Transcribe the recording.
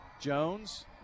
Jones